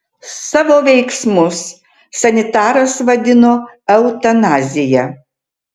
savo veiksmus sanitaras vadino eutanazija